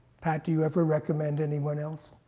pat, do you ever recommend anyone else?